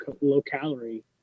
low-calorie